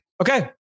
Okay